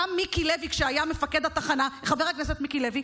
גם חבר הכנסת מיקי לוי,